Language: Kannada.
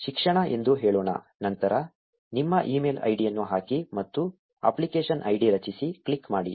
ಶಿಕ್ಷಣ ಎಂದು ಹೇಳೋಣ ನಂತರ ನಿಮ್ಮ ಇಮೇಲ್ ಐಡಿಯನ್ನು ಹಾಕಿ ಮತ್ತು ಅಪ್ಲಿಕೇಶನ್ ಐಡಿ ರಚಿಸಿ ಕ್ಲಿಕ್ ಮಾಡಿ